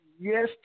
yes